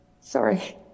Sorry